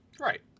Right